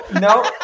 no